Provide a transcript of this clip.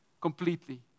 completely